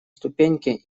ступеньке